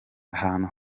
ahantu